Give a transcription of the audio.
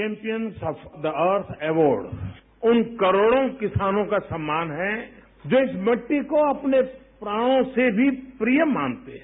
champion of the earth award उन करोड़ों किसानों का सम्मान है जो इस मिट्टी को अपने प्राणों से भी प्रिय मानते है